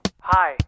Hi